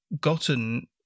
gotten